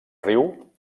riu